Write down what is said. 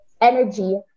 energy